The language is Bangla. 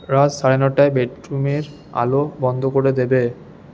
রাত সাড়ে নটায় বেডরুমের আলো বন্ধ করে দেবে